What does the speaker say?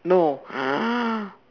no